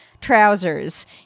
trousers